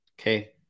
Okay